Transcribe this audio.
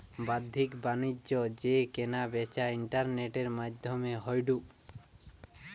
বাদ্দিক বাণিজ্য যেই কেনা বেচা ইন্টারনেটের মাদ্ধমে হয়ঢু